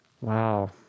Wow